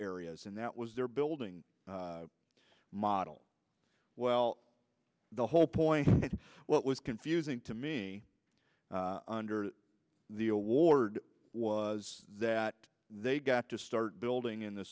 areas and that was their building model well the whole point what was confusing to me under the award was that they've got to start building in the